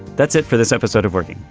that's it for this episode of working.